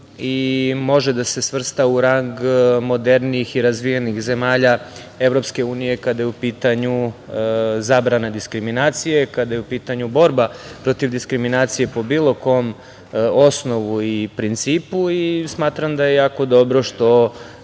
i može da se svrsta u rang modernijih i razvijenih zemalja EU kada je u pitanju zabrana diskriminacije, kada je u pitanju borba protiv diskriminacije po bilo kom osnovu i principu. Smatram da je jako dobro što